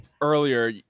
earlier